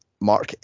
Mark